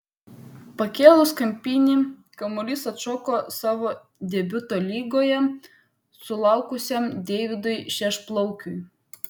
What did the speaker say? pakėlus kampinį kamuolys atšoko savo debiuto lygoje sulaukusiam deividui šešplaukiui